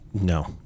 no